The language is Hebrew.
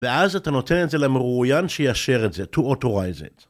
‫ואז אתה נותן את זה למרואין ‫שיאשר את זה, to authorize it.